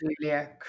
Julia